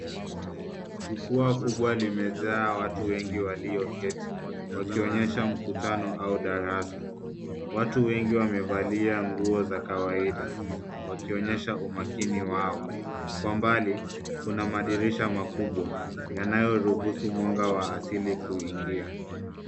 Jukwaa kubwa limejaa watu wengi walioketi, wakionyesha mkutano au darasa. Watu wengi wamevalia nguo za kawaida wakionyesha umakini wao. Kwa mbali, kuna madirisha makubwa yanayoruhusu mwanga wa asili kuingia.